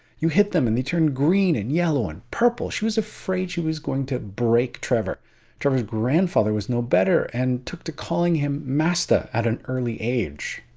you hit them and they turned green and yellow and purple. she was afraid she was going to break trevor trevor's grandfather was no better and took to calling him mastah at an early age.